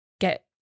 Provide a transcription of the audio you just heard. get